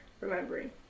remembering